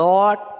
Lord